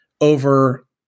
over